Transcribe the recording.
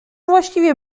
właściwie